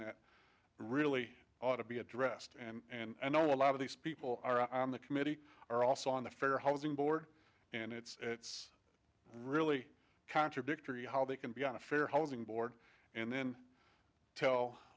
that really ought to be addressed and i know a lot of these people are on the committee are also on the fair housing board and it's really contradictory how they can be on a fair housing board and t